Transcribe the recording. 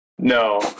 No